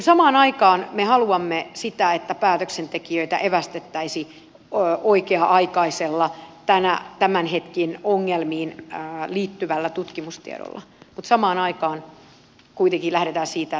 samaan aikaan me haluamme sitä että päätöksentekijöitä evästettäisiin oikea aikaisella tämän hetken ongelmiin liittyvällä tutkimustiedolla mutta samaan aikaan kuitenkin lähdetään siitä että se ei olisi mahdollista